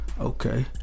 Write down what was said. okay